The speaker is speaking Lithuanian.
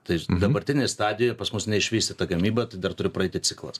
tai dabartinėje stadijoje pas mus neišvystyta gamyba tai dar turi praeiti ciklas